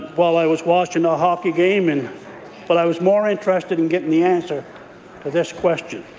while i was watching a hockey game, and but i was more interested in getting the answer to this question